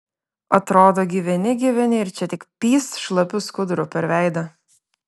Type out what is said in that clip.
atrodo gyveni gyveni ir čia tik pyst šlapiu skuduru per veidą